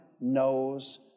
knows